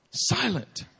silent